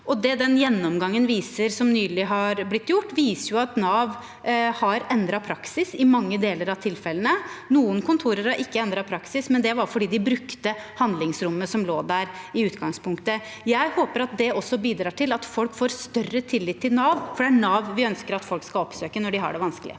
blitt gjort, viser at Nav har endret praksis i mange av tilfellene. Noen kontorer har ikke endret praksis, men det er fordi de brukte handlingsrommet som lå der i utgangspunktet. Jeg håper at det også bidrar til at folk får større tillit til Nav, for det er Nav vi ønsker at folk skal oppsøke når de har det vanskelig.